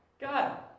God